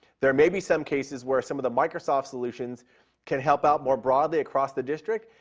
there may be some cases where some of the microsoft solutions can help out more broadly across the district,